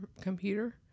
computer